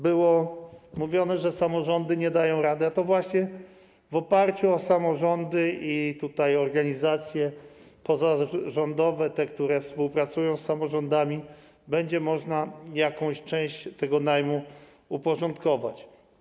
Było mówione, że samorządy nie dają rady, a to właśnie opierając się na samorządach i organizacjach pozarządowych, które współpracują z samorządami, będzie można jakąś część tego najmu uporządkować.